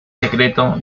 secreto